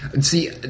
see